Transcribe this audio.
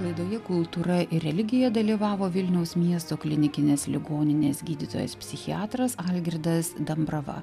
laidoje kultūra ir religija dalyvavo vilniaus miesto klinikinės ligoninės gydytojas psichiatras algirdas dambrava